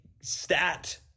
stat